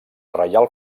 reial